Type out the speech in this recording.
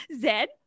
zed